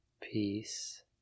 Peace